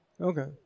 Okay